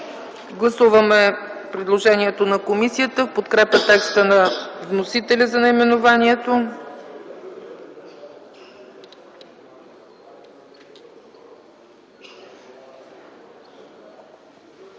Гласуваме предложението на комисията в подкрепа текста на вносителя за наименованието.